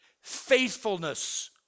faithfulness